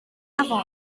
afon